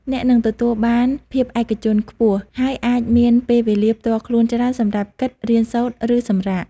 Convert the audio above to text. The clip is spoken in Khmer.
អ្នកនឹងទទួលបាន ភាពឯកជនខ្ពស់ ហើយអាចមានពេលវេលាផ្ទាល់ខ្លួនច្រើនសម្រាប់គិត រៀនសូត្រ ឬសម្រាក។